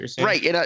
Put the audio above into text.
Right